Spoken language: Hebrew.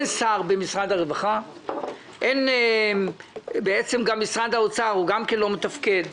אין שר במשרד הרווחה, גם משרד האוצר לא מתפקד.